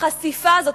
החשיפה הזאת,